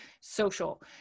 social